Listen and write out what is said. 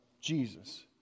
Jesus